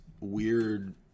weird